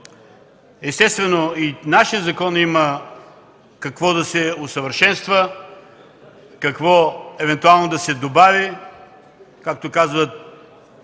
Естествено, и в нашия закон има какво да се усъвършенства, какво евентуално да се добави, но както казват: